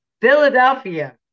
Philadelphia